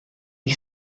ich